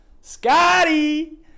Scotty